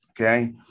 Okay